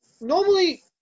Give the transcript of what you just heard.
normally